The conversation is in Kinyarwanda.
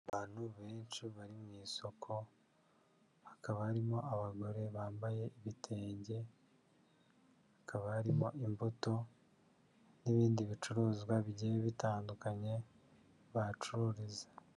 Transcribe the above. Abantu benshi bari mu isoko, hakaba harimo abagore bambaye ibitenge, hakaba harimo imbuto n'ibindi bicuruzwa bigiye bitandukanye bahacururiza.